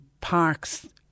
parks